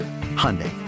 Hyundai